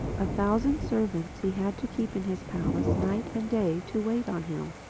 a thousand servants he had to keep in his palace, night and day, to wait on him.